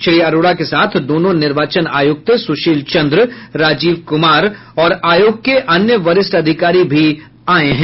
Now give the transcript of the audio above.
श्री अरोड़ा के साथ दोनों निर्वाचन आयुक्त सुशील चन्द्र राजीव कुमार और आयोग के अन्य वरिष्ठ अधिकारी भी आये हैं